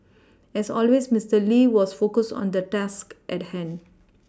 as always Mister Lee was focused on the task at hand